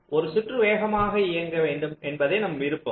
ஒரு சுற்று வேகமாக இயங்க வேண்டும் என்பதே நம் விருப்பம்